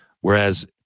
Whereas